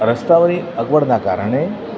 રસ્તાઓની અગવડના કારણે